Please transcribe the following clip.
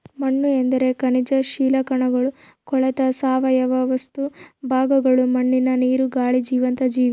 ಮಣ್ಣುಎಂದರೆ ಖನಿಜ ಶಿಲಾಕಣಗಳು ಕೊಳೆತ ಸಾವಯವ ವಸ್ತು ಭಾಗಗಳು ಮಣ್ಣಿನ ನೀರು, ಗಾಳಿ ಜೀವಂತ ಜೀವಿ